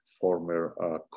former